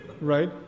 Right